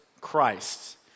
Christ